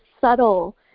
subtle